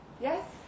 Yes